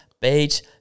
beach